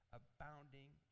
abounding